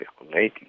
circulating